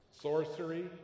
sorcery